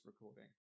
recording